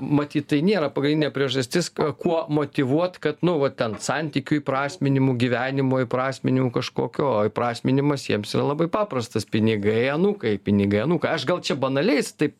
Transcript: matyt tai nėra pagrindinė priežastis kuo motyvuot kad nu va ten santykių įprasminimu gyvenimo įprasminimu kažkokio o įprasminimas jiems yra labai paprastas pinigai anūkai pinigai anūkai aš gal čia banaliais taip